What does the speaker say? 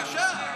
בבקשה,